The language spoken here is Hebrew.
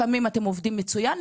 לפעמים אתם עובדים מצוין,